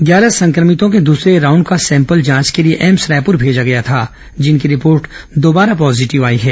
ग्यारह संक्रमितों के दूसरे राउंड का सैंपल जांच के लिए एम्स रायपुर भेजा गया था जिनकी रिपोर्ट दोबारा पॉजीटिव आई है